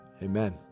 Amen